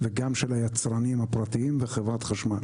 וגם של היצרנים הפרטיים וחברת חשמל.